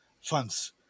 funds